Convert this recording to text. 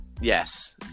Yes